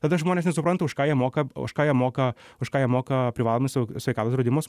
tada žmonės nesupranta už ką jie moka už ką jie moka už ką jie moka privalomus sveikatos draudimus